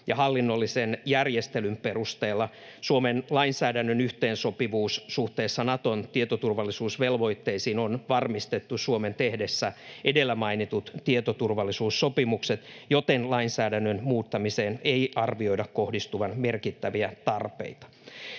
hallinnollisen järjes-telyn perusteella. Suomen lainsäädännön yhteensopivuus suhteessa Naton tietoturvallisuusvelvoitteisiin on varmistettu Suomen tehdessä edellä mainitut tietoturvallisuussopimukset, joten lainsäädännön muuttamiseen ei arvioida kohdistuvan merkittäviä tarpeita.